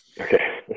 Okay